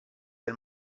del